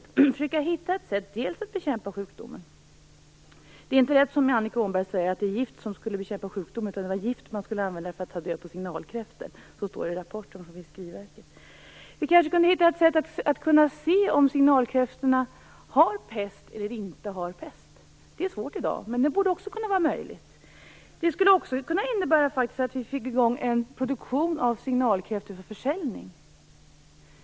Då kan vi försöka hitta ett sätt att bekämpa sjukdomen. Det är inte rätt som Annika Åhnberg säger, dvs. att det är gift som bekämpar sjukdomen, utan det var gift man skulle använda för att ta död på signalkräftor. Så står det i rapporten från Fiskeriverket. Vi kanske kunde hitta ett sätta att se om signalkräftorna har pest eller inte. Det är svårt i dag, men det borde kunna vara möjligt. Det skulle också kunna innebära att vi fick i gång en produktion av signalkräftor för försäljning.